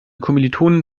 kommilitonen